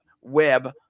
web